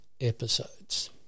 episodes